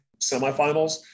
semifinals